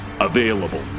Available